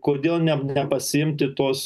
kodėl ne nepasiimti tos